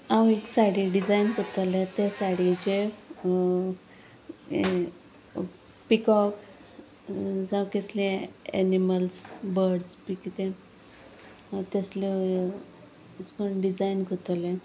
हांव एक साडी डिझायन कोत्तोलें ते साडयेचें पिकॉक जावं केसलें ऍनिमल्स बर्ड्स बी कितें तेसल्यो ह्यो कोण डिझायन कोत्तोलें